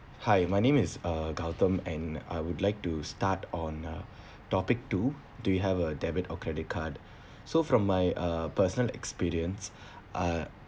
hi my name is uh carlton and I would like to start on uh topic two do you have a debit or credit card so from my uh personal experience uh